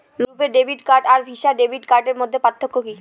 রূপে debit card আর Visa debit কার্ডের মধ্যে পার্থক্য কি?